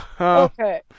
Okay